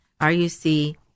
RUC